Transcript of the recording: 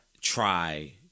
try